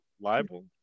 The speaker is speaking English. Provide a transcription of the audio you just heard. libel